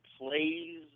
plays